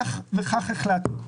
כך וכך החלטנו".